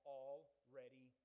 already